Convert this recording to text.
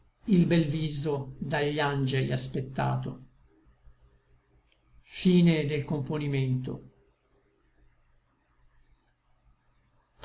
il bel viso dagli angeli aspectato ma